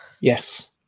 Yes